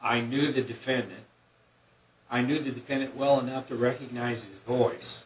i knew the defendant i knew the defendant well enough to recognize the voice